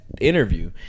interview